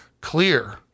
clear